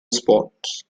supports